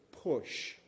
push